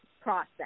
process